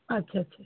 আচ্ছা আচ্ছা